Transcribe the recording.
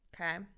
okay